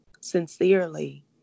sincerely